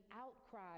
outcry